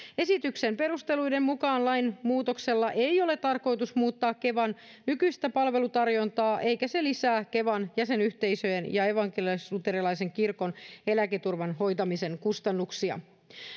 esityksen perusteluiden mukaan lainmuutoksella ei ole tarkoitus muuttaa kevan nykyistä palvelutarjontaa eikä se lisää kevan jäsenyhteisöjen ja evankelisluterilaisen kirkon eläketurvan hoitamisen kustannuksia